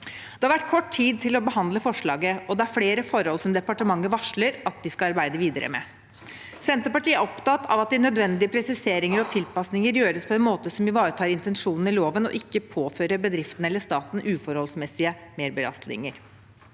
Det har vært kort tid til å behandle forslaget, og det er flere forhold som departementet varsler at de skal arbeide videre med. Senterpartiet er opptatt av at de nødvendige presiseringer og tilpasninger gjøres på en måte som ivaretar intensjonen i loven og ikke påfører bedriftene eller staten uforholdsmessige merbelastninger.